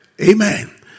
Amen